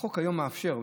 החוק היום מאפשר,